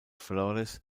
flores